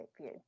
view